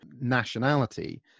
nationality